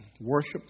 Worship